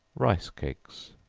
rice cakes.